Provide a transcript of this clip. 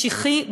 משיחי,